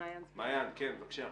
מעיין, כן, בבקשה.